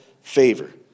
favor